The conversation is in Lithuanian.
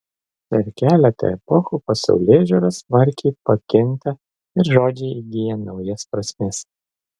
per keletą epochų pasaulėžiūra smarkiai pakinta ir žodžiai įgyja naujas prasmes